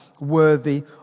worthy